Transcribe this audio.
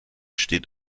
steht